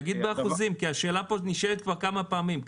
תגיד באחוזים כי השאלה פה נשאלת כבר כמה פעמים.